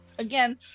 Again